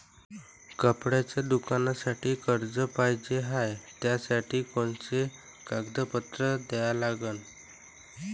कपड्याच्या दुकानासाठी कर्ज पाहिजे हाय, त्यासाठी कोनचे कागदपत्र द्या लागन?